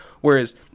Whereas